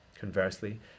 Conversely